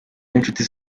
w’inshuti